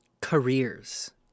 careers